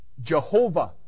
Jehovah